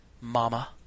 Mama